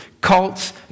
cults